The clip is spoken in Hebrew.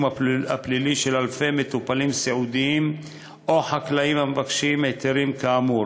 הפלילי של אלפי מטופלים סיעודיים או חקלאים המבקשים היתרים כאמור,